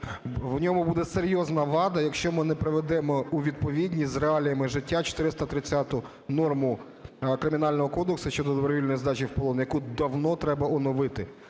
у ньому буде серйозна вада, якщо ми не приведемо у відповідність з реаліями життя 430 норму Кримінального кодексу щодо добровільної здачі у полон, яку давно треба оновити.